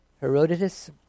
Herodotus